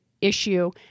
issue